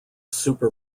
super